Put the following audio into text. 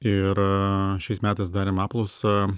ir šiais metais darėm apklausą